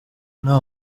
nta